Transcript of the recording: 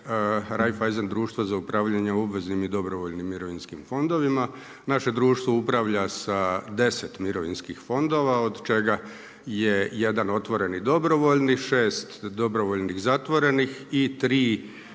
Raiffeisen društva za upravljanje obveznim i dobrovoljnim mirovinskim fondovima. Naše društvo upravlja sa 10 mirovinskih fondova, od čega je jedan otvoren i dobrovoljni, 6 dobrovoljni zatvorenih i 3